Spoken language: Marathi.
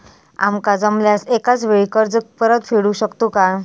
आमका जमल्यास एकाच वेळी कर्ज परत फेडू शकतू काय?